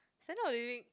standard of living